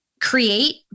create